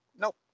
nope